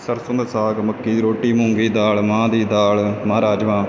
ਸਰਸੋਂ ਦਾ ਸਾਗ ਮੱਕੀ ਦੀ ਰੋਟੀ ਮੂੰਗੀ ਦਾਲ ਮਾਂਹ ਦੀ ਦਾਲ ਮਾਂਹ ਰਾਜਮਾਂਹ